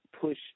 push